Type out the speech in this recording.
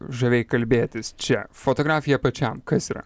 žaviai kalbėtis čia fotografija pačiam kas yra